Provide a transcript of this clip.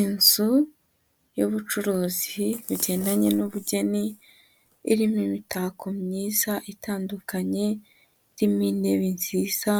Inzu y'ubucuruzi bugendanye n'ubugeni, irimo imitako myiza itandukanye, irimo intebe nziza